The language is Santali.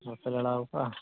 ᱵᱟᱯᱮ ᱞᱟᱲᱟᱣ ᱟᱠᱟᱜᱼᱟ